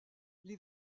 les